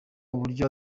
uburyo